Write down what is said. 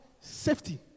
Safety